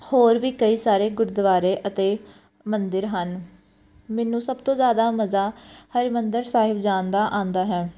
ਹੋਰ ਵੀ ਕਈ ਸਾਰੇ ਗੁਰਦੁਆਰੇ ਅਤੇ ਮੰਦਿਰ ਹਨ ਮੈਨੂੰ ਸਭ ਤੋਂ ਜ਼ਿਆਦਾ ਮਜ਼ਾ ਹਰਿਮੰਦਰ ਸਾਹਿਬ ਜਾਣ ਦਾ ਆਉਂਦਾ ਹੈ